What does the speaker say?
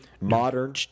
modern